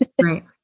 right